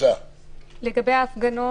לגבי ההפגנות,